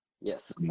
Yes